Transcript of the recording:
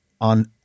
on